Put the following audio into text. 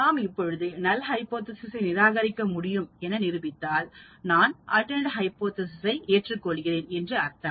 நாம் இப்பொழுது null hypothesis நிராகரிக்க முடியும் என நிரூபித்தால் நான் ஆல்டர்நெட் ஹைபோதேசிஸ் சைஏற்றுக் கொள்கிறேன் என்று அர்த்தம்